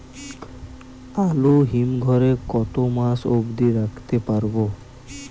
আলু হিম ঘরে কতো মাস অব্দি রাখতে পারবো?